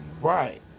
Right